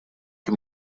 que